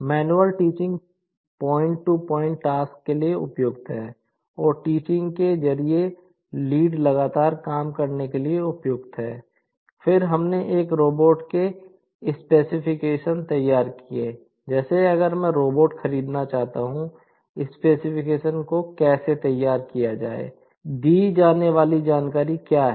manual teaching point to point task के लिए उपयुक्त है और टीचिंग के जरिए लीड लगातार काम करने के लिए उपयुक्त है